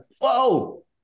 Whoa